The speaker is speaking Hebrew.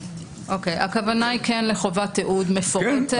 הכוונה היא כן לחובת תיעוד מפורטת.